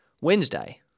Wednesday